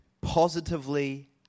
positively